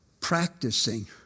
practicing